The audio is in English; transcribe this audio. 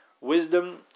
wisdom